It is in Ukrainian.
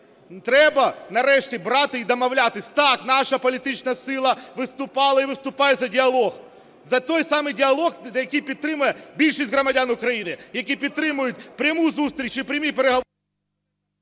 Треба, нарешті, брати і домовлятись. Так, наша політична сила виступала і виступає за діалог. За той самий діалог, який підтримує більшість громадян України. Які підтримують пряму зустріч і прямі переговори…